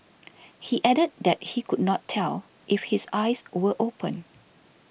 he added that he could not tell if his eyes were open